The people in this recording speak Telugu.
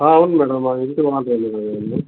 అవును మేడమ్ మా ఇంటి ఓనరే మీరెవరండి